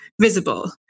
visible